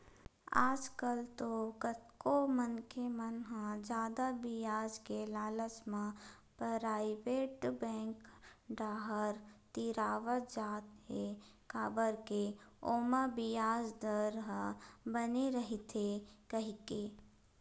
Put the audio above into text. आजकल तो कतको मनखे मन ह जादा बियाज के लालच म पराइवेट बेंक डाहर तिरावत जात हे काबर के ओमा बियाज दर ह बने रहिथे कहिके